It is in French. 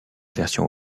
version